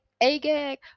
Agag